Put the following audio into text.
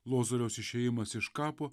lozoriaus išėjimas iš kapo